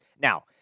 Now